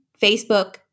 Facebook